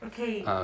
Okay